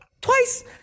Twice